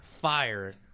fire